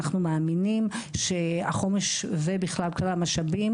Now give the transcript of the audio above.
ואנחנו מאמינים שהחומש ובכלל כלל המשאבים